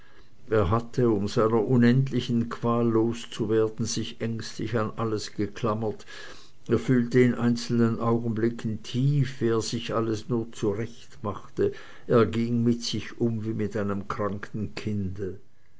er hatte um seiner unendlichen qual los zu werden sich ängstlich an alles geklammert er fühlte in einzelnen augenblicken tief wie er sich alles nur zurechtmache er ging mit sich um wie mit einem kranken kinde